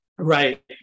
Right